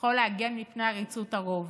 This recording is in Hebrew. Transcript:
יכול להגן מפני עריצות הרוב,